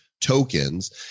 tokens